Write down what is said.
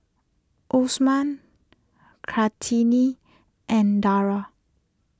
Osman Kartini and Dara